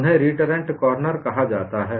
उन्हें reentrant corner कहा जाता है